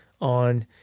on